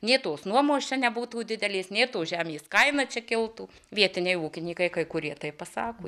nė tos nuomos čia nebūtų didelės nė tos žemės kaina čia kiltų vietiniai ūkininkai kurie taip pasako